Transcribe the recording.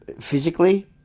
physically